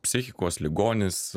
psichikos ligonis